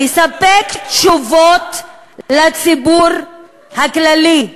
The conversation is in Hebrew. לספק תשובות לציבור הכללי,